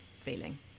feeling